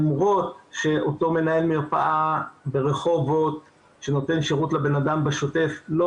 מאוחדת, מיוחדת, מאחדת, מאגדת, זה